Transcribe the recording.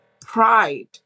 pride